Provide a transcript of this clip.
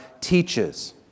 teaches